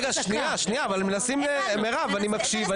רגע, מירב, אבל מנסים, אני מקשיב.